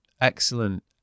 excellent